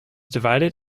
divided